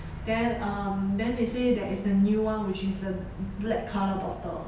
then um then they say there is a new one which is the black colour bottle